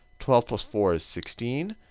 twelve plus four is sixteen.